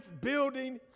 building